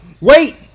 Wait